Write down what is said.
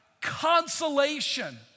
consolation